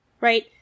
right